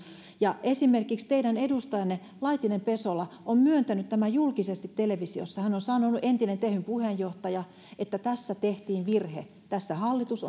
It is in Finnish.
ja esimerkiksi teidän edustajanne laitinen pesola on myöntänyt tämän julkisesti televisiossa hän on sanonut entinen tehyn puheenjohtaja että tässä tehtiin virhe tässä hallitus